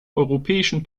europäischen